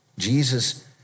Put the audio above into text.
Jesus